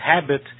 habit